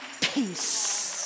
peace